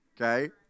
Okay